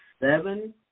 seven